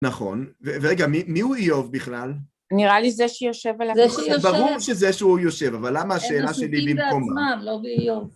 נכון, ורגע, מי הוא איוב בכלל? נראה לי זה שיושב על ה... זה שיושב. ברור שזה שהוא יושב, אבל למה השאלה שלי במקומה? הם עסוקים בעצמם לא באיוב.